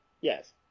Yes